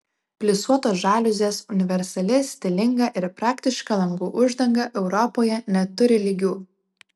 plisuotos žaliuzės universali stilinga ir praktiška langų uždanga europoje neturi lygių